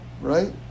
right